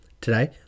Today